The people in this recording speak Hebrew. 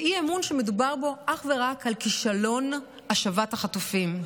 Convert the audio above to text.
זה אי-אמון שמדובר בו אך ורק על כישלון השבת החטופים,